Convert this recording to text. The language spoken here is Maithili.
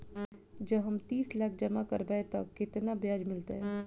जँ हम तीस लाख जमा करबै तऽ केतना ब्याज मिलतै?